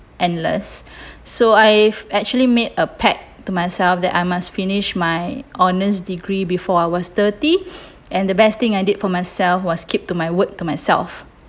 endless so I've actually made a pact to myself that I must finish my honours degree before I was thirty and the best thing I did for myself was keep to my word to myself